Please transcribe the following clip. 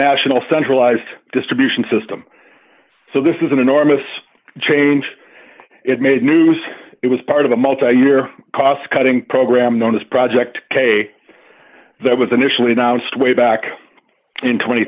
national centralized distribution system so this is an enormous change it made news it was part of a multi year cost cutting program known as project k that was initially announced way back in tw